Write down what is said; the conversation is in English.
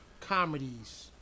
comedies